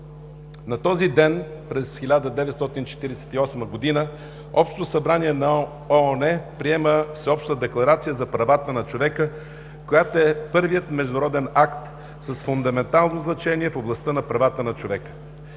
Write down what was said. На този ден през 1948 г. Общото събрание на ООН приема всеобща Декларация за правата на човека, която е първият международен акт с фундаментално значение в областта на правата на човека.